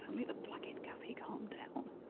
um only the placket, cathy, calm down.